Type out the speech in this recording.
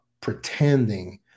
pretending